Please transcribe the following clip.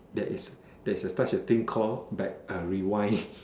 there is there is such a thing call like uh rewind